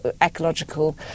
ecological